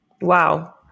Wow